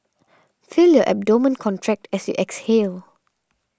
feel your abdomen contract as you exhale